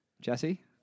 Jesse